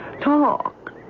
talk